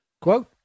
quote